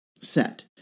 set